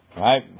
Right